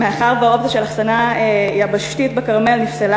מאחר שהאופציה של אחסנה יבשתית בכרמל נפסלה